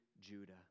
Judah